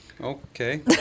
Okay